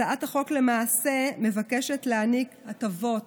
הצעת החוק, למעשה, מבקשת להעניק הטבות